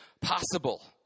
possible